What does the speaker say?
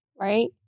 right